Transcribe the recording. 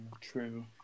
True